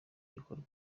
gikorwa